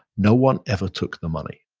no one ever took the money